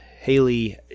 Haley